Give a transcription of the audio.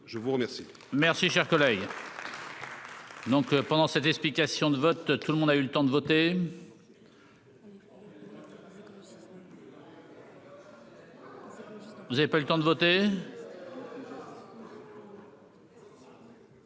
Je vous remercie.